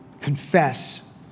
confess